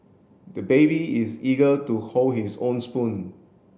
the baby is eager to hold his own spoon